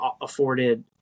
afforded